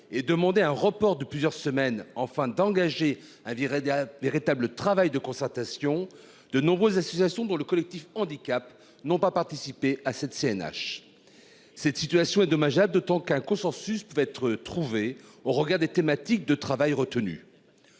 et demander un report de plusieurs semaines en fin d'engager un viré un véritable travail de concertation, de nombreuses associations dont le Collectif handicap n'ont pas participé à cette CNH. Cette situation est dommageable, d'autant qu'un consensus pouvait être trouvé au regard des thématiques de travail retenus.